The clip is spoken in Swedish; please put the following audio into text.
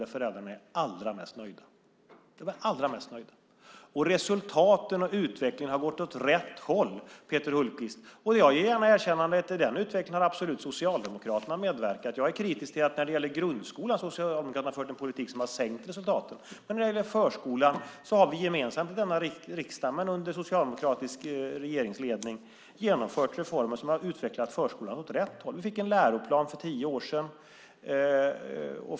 Det kommer det nämligen att bli i den nya skollagen. Resultaten och utvecklingen har gått åt rätt håll, Peter Hultqvist. Jag ger gärna ett erkännande. Till den utvecklingen har Socialdemokraterna absolut medverkat. Jag är kritisk till att Socialdemokraterna, när det gäller grundskolan, har fört en politik som har sänkt resultaten. Men när det gäller förskolan har vi gemensamt i denna riksdag, men under socialdemokratisk regeringsledning, genomfört reformer som har utvecklat förskolan åt rätt håll. Vi fick en läroplan för tio år sedan.